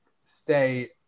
stay